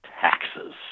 taxes